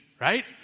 right